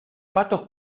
patos